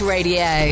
Radio